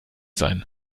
sein